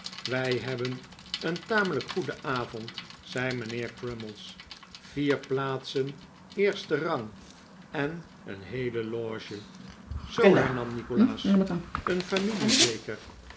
wij hebben een tamelijk goeden avond zei mijnheer crummies vier plaatsen eerste rang en een heele loge zoo hernam nikolaas een familie zeker